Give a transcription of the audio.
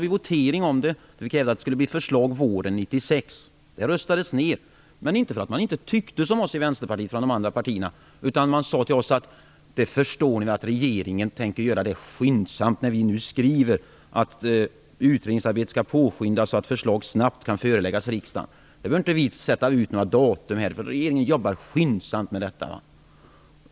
I voteringen röstades vårt krav ned, om att det skulle läggas fram ett förslag under våren 1996, men inte därför att de andra partierna inte tyckte som vi. Man sade att vi väl borde förstå att regeringen tänker göra detta skyndsamt när vi nu skriver att utredningsarbetet skall påskyndas så att förslag snabbt kan föreläggas riksdagen. Vi behövde inte sätta ut något datum, därför att regeringen jobbar just med detta.